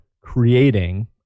creating